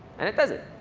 and it does it.